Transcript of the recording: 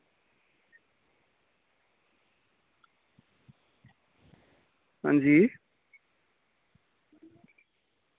आं जी